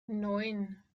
neun